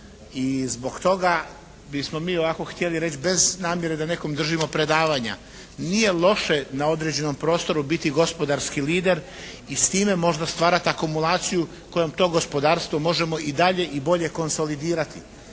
I zbog toga bismo mi ovako htjeli reći, bez namjere da nekom držimo predavanja, nije loše na određenom prostoru biti gospodarski lider i s time možda stvarati akumulaciju kojom to gospodarstvo može i dalje i bilje konsolidirati